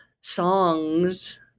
songs